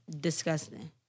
disgusting